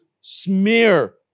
smear